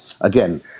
again